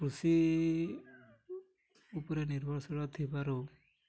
କୃଷି ଉପରେ ନିର୍ଭରଶୀଳ ଥିବାରୁ